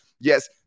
yes